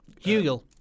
Hugel